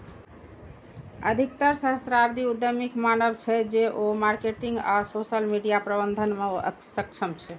अधिकतर सहस्राब्दी उद्यमीक मानब छै, जे ओ मार्केटिंग आ सोशल मीडिया प्रबंधन मे सक्षम छै